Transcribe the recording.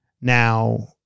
now